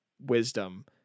wisdom